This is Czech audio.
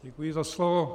Děkuji za slovo.